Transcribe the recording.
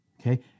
okay